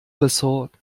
ressort